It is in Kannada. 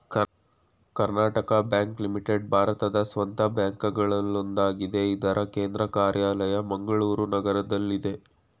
ಕರ್ನಾಟಕ ಬ್ಯಾಂಕ್ ಲಿಮಿಟೆಡ್ ಭಾರತದ ಸ್ವಂತ ಬ್ಯಾಂಕ್ಗಳಲ್ಲೊಂದಾಗಿದೆ ಇದ್ರ ಕೇಂದ್ರ ಕಾರ್ಯಾಲಯ ಮಂಗಳೂರು ನಗರದಲ್ಲಿದೆ